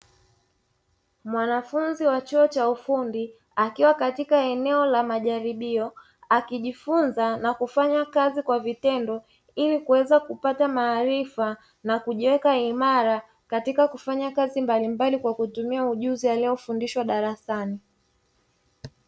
Mwanafunzi wa chuo cha ufundi akiwa katika eneo la majaribio, akijifunza na kufanya kazi kwa vitendo, ili kuweza kupata maarifa na kujiweka imara katika kufanya kazi mbalimbali kwa kutumia ujuzi aliyofundishwa darasani.